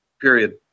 period